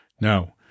No